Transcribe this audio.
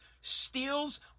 steals